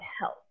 help